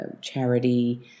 charity